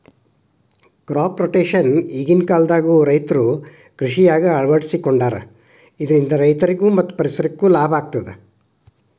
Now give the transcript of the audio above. crop rotation ಈಗಿನ ಕಾಲದಾಗು ರೈತರು ಕೃಷಿಯಾಗ ಅಳವಡಿಸಿಕೊಂಡಾರ ಇದರಿಂದ ರೈತರಿಗೂ ಮತ್ತ ಪರಿಸರಕ್ಕೂ ಲಾಭ ಆಗತದ